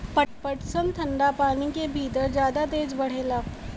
पटसन ठंडा पानी के भितर जादा तेज बढ़ेला